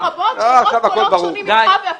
יש קולות רבים שהם שונים משלך.